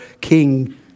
King